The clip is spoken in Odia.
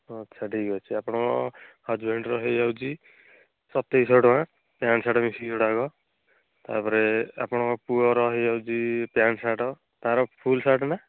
ହଁ ଆଚ୍ଛା ଠିକ୍ ଅଛି ଆପଣଙ୍କ ହଜବେଣ୍ଡ୍ର ହୋଇଯାଉଛି ସତେଇଶ ଶହ ଟଙ୍କା ପ୍ୟାଣ୍ଟ୍ ସାର୍ଟ ମିଶିକି ଯୋଡ଼ାକ ତା'ପରେ ଆପଣଙ୍କ ପୁଅର ହୋଇଯାଉଛି ପ୍ୟାଣ୍ଟ୍ ସାର୍ଟ ତା'ର ଫୁଲ୍ ସାର୍ଟ୍ ନା